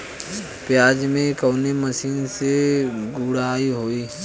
प्याज में कवने मशीन से गुड़ाई होई?